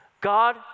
God